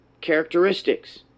characteristics